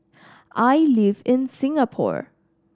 I live in Singapore